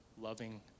loving